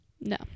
No